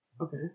Okay